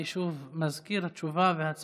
אני שוב מזכיר: תשובה והצבעה